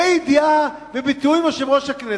בידיעה ובתיאום עם יושב-ראש הכנסת,